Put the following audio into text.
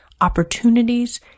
opportunities